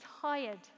tired